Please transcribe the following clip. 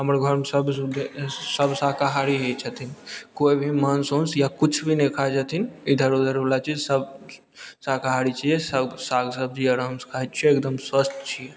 हमर घर मे सब शुद्धे सब शाकाहारी ही छथिन केओ भी माँस उँस या किछु भी नहि खाय छथिन इधर उधर बला चीज सब शाकाहारी छियै सब साग सबजी आर आराम से खाए छियै एकदम स्वस्थ छी